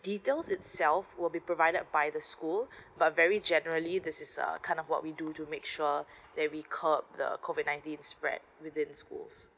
details itself will be provided by the school but very generally this is err kind of what we do to make sure that we curb d the COVID nineteen spread within school